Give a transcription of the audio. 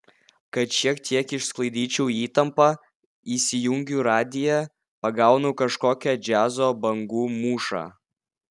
kad šiek tiek išsklaidyčiau įtampą įsijungiu radiją pagaunu kažkokią džiazo bangų mūšą